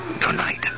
tonight